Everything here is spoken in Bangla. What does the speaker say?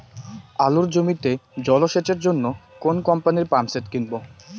আলুর জমিতে জল সেচের জন্য কোন কোম্পানির পাম্পসেট কিনব?